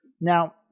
Now